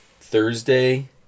Thursday